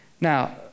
Now